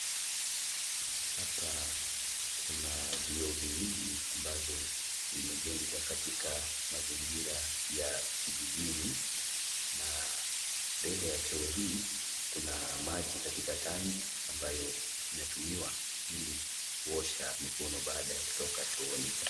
Hapa kuna vioo viwili ambazo vimejengwa katika mazingira ya Kijijini na mbele ya choo hii kuna maji katika tanki ambayo inatumika kuosha mikono baada ya kutoka chooni.